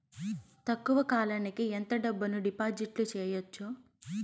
తక్కువ కాలానికి ఎంత డబ్బును డిపాజిట్లు చేయొచ్చు?